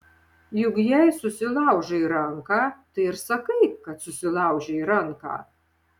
juk jei susilaužai ranką tai ir sakai kad susilaužei ranką